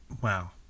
wow